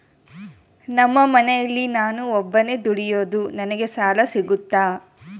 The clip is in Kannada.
ನಮ್ಮ ಮನೆಯಲ್ಲಿ ನಾನು ಒಬ್ಬನೇ ದುಡಿಯೋದು ನನಗೆ ಸಾಲ ಸಿಗುತ್ತಾ?